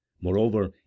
Moreover